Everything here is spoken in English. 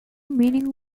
meaning